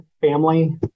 Family